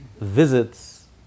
visits